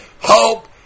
hope